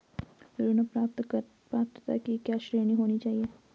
ऋण प्राप्त पात्रता की क्या श्रेणी होनी चाहिए?